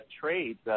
trades